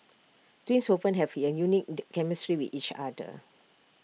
twins often have A unique the chemistry with each other